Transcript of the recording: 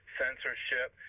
censorship